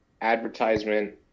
advertisement